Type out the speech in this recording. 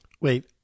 Wait